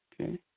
okay